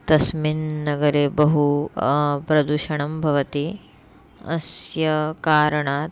तस्मिन् नगरे बहु प्रदूषणं भवति अस्य कारणात्